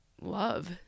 love